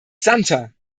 santer